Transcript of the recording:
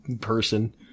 person